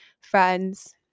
friends